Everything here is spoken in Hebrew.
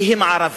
כי הם ערבים.